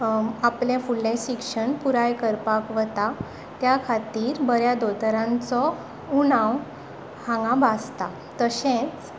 आपलें फुडलें शिक्षण पुराय करपाक वतात त्या खातीर बऱ्या दोतोरांचो उणाव हांगा आसता तशेंच